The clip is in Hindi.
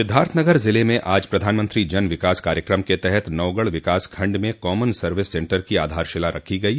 सिद्धार्थनगर जिले में आज प्रधानमंत्री जन विकास कार्यकम के तहत नौगढ़ विकास खण्ड में कॉमन सर्विस सेन्टर की आधारशिला रखी गयी